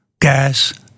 gas